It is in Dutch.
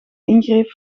ingreep